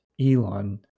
Elon